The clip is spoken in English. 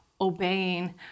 obeying